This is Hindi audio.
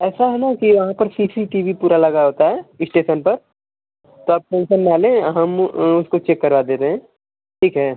ऐसा है न कि यहाँ पर सी सी टी वी पूरा लगा होता है इस्टेसन पर तो आप टेन्सन न लें हम उसको चेक करवा दे रहे हैं ठीक है